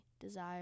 desire